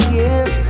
yes